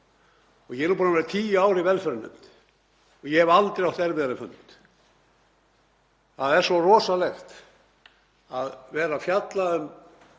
Ég er búinn að vera tíu ár í velferðarnefnd og ég hef aldrei átt erfiðari fund. Það er svo rosalegt að vera að fjalla um